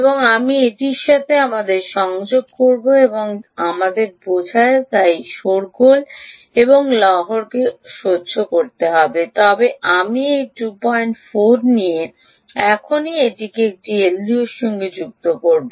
এবং আমি এটির সাথে আমাদের সংযোগ করব যে আমাদের বোঝা যা এই Wave কে সহ্য করতে পারে তবে আমি এই 24 নিয়ে এখনই এটি একটি এলডিওতে সংযুক্ত করব